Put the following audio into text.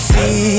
See